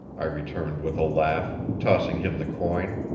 i returned with a laugh, tossing him the coin.